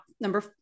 number